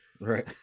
Right